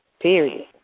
Period